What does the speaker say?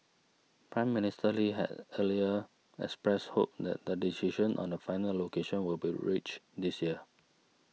Prime Minister Lee had earlier expressed hope that the decision on the final location will be reached this year